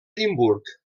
edimburg